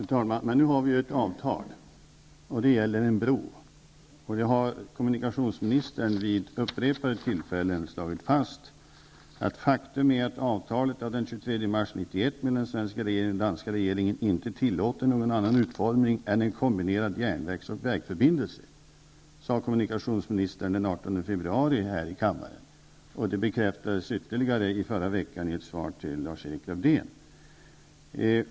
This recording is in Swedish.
Fru talman! Nu har vi ett avtal, och det gäller en bro. Kommunikationsministern har vid upprepade tillfällen slagit fast att faktum är att avtalet av den 23 mars 1991 mellan den svenska regeringen och den danska regeringen inte tillåter någon annan utformning än en kombinerad järnvägs och vägförbindelse. Det sade kommunikationsministern t.ex. den 18 februari här i kammaren. Det bekräftades ytterligare i förra veckan i ett svar till Lars-Erik Lövdén.